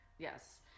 Yes